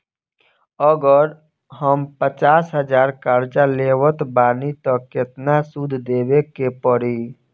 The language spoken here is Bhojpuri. अगर हम पचास हज़ार कर्जा लेवत बानी त केतना सूद देवे के पड़ी?